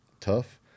tough